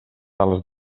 sales